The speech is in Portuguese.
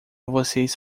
vocês